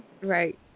Right